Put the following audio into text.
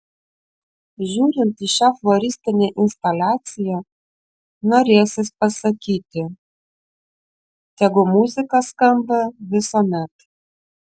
žiūrint į šią floristinę instaliaciją norėsis pasakyti tegu muzika skamba visuomet